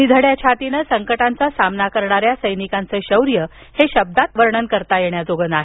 निधड्या छातीनं संकटांचा सामना करणाऱ्या सैनिकांचं शौर्य शब्दात वर्णन करता येण्याजोगं नाही